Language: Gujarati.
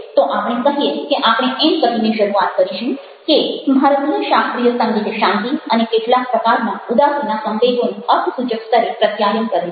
તો આપણે કહીએ કે આપણે એમ કહીને શરૂઆત કરીશું કે ભારતીય શાસ્ત્રીય સંગીત શાંતિ અને કેટલાક પ્રકારના ઉદાસીના સંવેગોનું અર્થસૂચક સ્તરે પ્રત્યાયન કરે છે